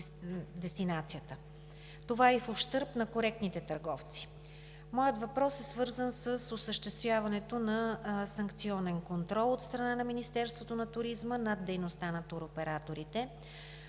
Това е и в ущърб на коректните търговци. Моят въпрос е свързан с осъществяването на санкционен контрол от страна на Министерството на туризма над дейността на туроператорите,